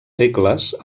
segles